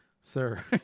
Sir